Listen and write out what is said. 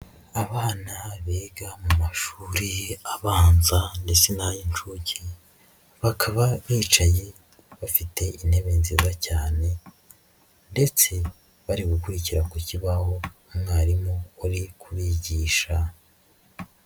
Abana biga mu mashuri abanza ndetse n'ay'inshuke, bakaba bicaye bafite intebe nziza cyane ndetse bari gukurikira ku kibaho umwarimu uri kubigisha.